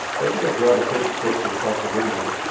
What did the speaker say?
as he had drawn the curtain closer across the window,